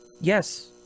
Yes